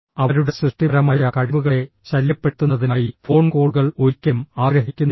അവരുടെ സൃഷ്ടിപരമായ കഴിവുകളെ ശല്യപ്പെടുത്തുന്നതിനായി ഫോൺ കോളുകൾ ഒരിക്കലും ആഗ്രഹിക്കുന്നില്ല